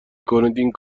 کنید